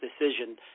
decision